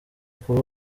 kuba